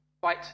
fight